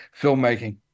filmmaking